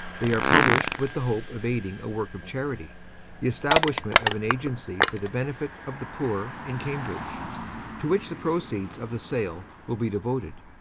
they are published with the hope of aiding a work of charity the establishment of an agency for the benefit of the poor in cambridge to which the proceeds of the sale will be devoted.